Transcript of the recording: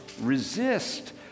resist